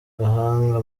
gahanga